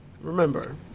Remember